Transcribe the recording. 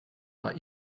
are